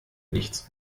nichts